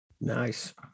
Nice